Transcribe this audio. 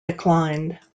declined